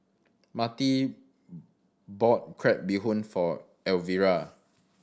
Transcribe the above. Mattie bought crab bee hoon for Elvira